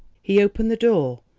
he opened the door,